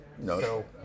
No